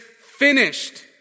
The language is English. finished